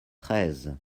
treize